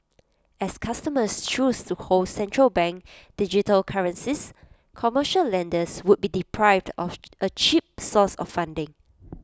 as customers choose to hold central bank digital currencies commercial lenders would be deprived of A cheap source of funding